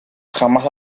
jamás